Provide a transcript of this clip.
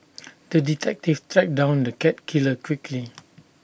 the detective tracked down the cat killer quickly